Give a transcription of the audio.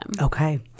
Okay